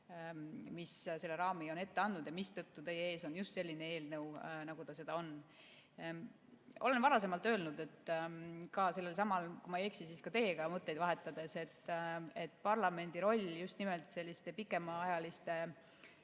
mis selle raami ette on andnud, mistõttu teie ees on just selline eelnõu, nagu ta on. Olen varasemalt öelnud, kui ma ei eksi, siis ka teiega mõtteid vahetades, et parlamendi roll just nimelt selliste pikemaajaliste